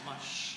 ממש.